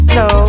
no